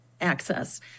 access